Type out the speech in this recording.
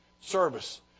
service